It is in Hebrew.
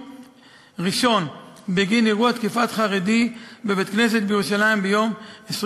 ראשון בגין אירוע תקיפת חרדי בבית-כנסת בירושלים ביום 20